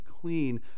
clean